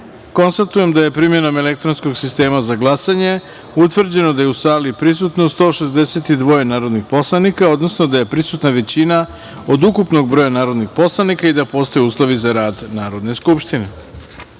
da je primenom elektronskog sistema za glasanje utvrđeno da je u sali prisutno 162 narodnih poslanika, odnosno da je prisutna većina od ukupnog broja svih narodnih poslanika i da postoje uslovi za rad Narodne